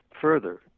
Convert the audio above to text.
further